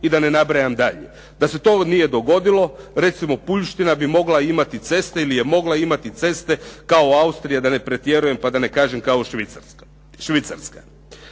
i da ne nabrajam dalje. Da se to nije dogodilo recimo Puljština bi mogla imati ceste ili je mogla imati ceste kao Austrija, da ne pretjerujem pa da ne kažem kao Švicarska. Ista